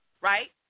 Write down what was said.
right